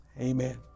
Amen